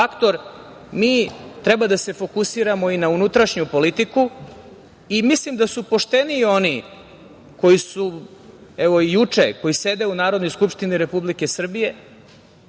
faktor, mi treba da se fokusiramo i na unutrašnju politiku. Mislim da su pošteniji oni koji su, evo i juče, koji sede u Narodnoj skupštini Republike Srbije,